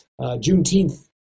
Juneteenth